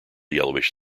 yellowish